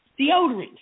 deodorant